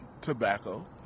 tobacco